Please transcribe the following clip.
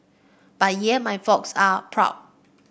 but yeah my folks are proud